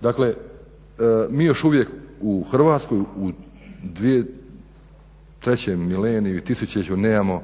Dakle mi još uvijek u Hrvatskoj u dvije trećem mileniju ili tisućljeću nemamo